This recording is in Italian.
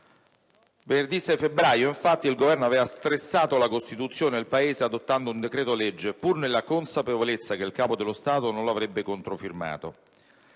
Venerdì 6 febbraio, infatti, il Governo aveva stressato la Costituzione e il Paese adottando un decreto-legge, pur nella consapevolezza che il Capo dello Stato non lo avrebbe controfirmato.